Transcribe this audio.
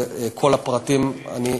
ואת כל הפרטים אני,